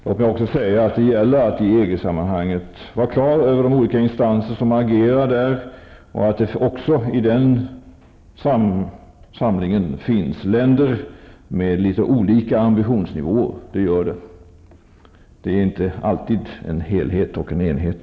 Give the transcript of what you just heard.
Låt mig också säga att det gäller att i EG sammanhang vara klar över att det är olika instanser som agerar där och att det också i den samlingen finns länder med litet olika ambitionsnivå. Det är inte alltid en helhet och en enhet.